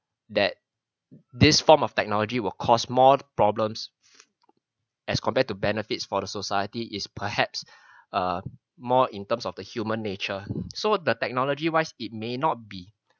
that this form of technology will cause more problems as compared to benefits for the society is perhaps uh more in terms of the human nature so the technology wise it may not be